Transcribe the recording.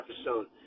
episode